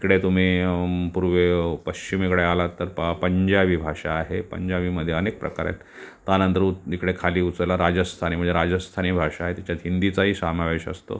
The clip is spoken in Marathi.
इकडे तुम्ही पूर्वे पश्चिमेकडे आलात तर पहा पंजाबी भाषा आहे पंजाबीमध्ये अनेक प्रकार आहेत त्यानंतर इकडे खाली उतरल्यावर राजस्थानी म्हणजे राजस्थानी भाषा आहे तिच्यात हिंदीचाही समावेश असतो